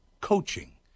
Coaching